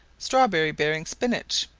strawberry-bearing spinach,